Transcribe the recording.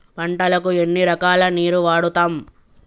పంటలకు ఎన్ని రకాల నీరు వాడుతం?